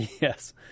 Yes